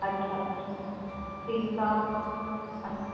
अच्छा अच्छा ठीकु आहे अछ